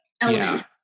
elements